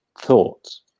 thoughts